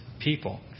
people